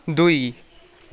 दुई